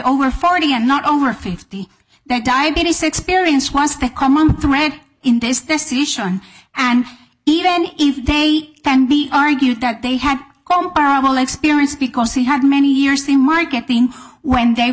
over forty and not over fifty their diabetes experience was the common thread in this decision and even if they can be argued that they had comparable experience because they had many years the marketing when they